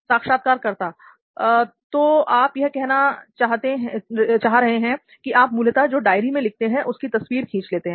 साक्षात्कारकर्ता तो आप यह कहना चाह रहे हैं कि आप मूलतः जो डायरी में लिखते हैं उसकी तस्वीर खींच लेते हैं